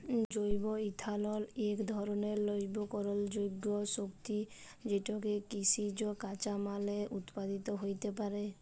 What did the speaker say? জৈব ইথালল ইক ধরলের লবিকরলযোগ্য শক্তি যেটকে কিসিজ কাঁচামাললে উৎপাদিত হ্যইতে পারে